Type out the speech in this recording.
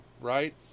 Right